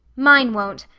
mine won't.